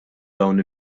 dawn